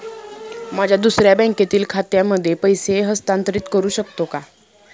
माझ्या दुसऱ्या बँकेतील खात्यामध्ये पैसे हस्तांतरित करू शकतो का?